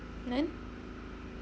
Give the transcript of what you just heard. then